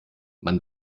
man